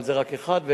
אבל זה רק אחד,